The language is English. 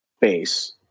base